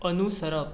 अनुसरप